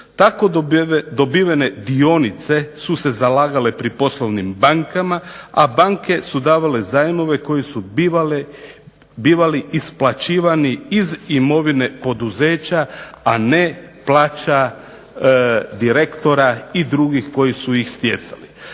Tako dobivene dionice su se zalagale pri poslovnim bankama, a banke su davale zajmove koji su bivali isplaćivani iz imovine poduzeća a ne plaća direktora i drugih koji su ih stjecali.